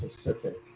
specific